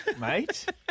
mate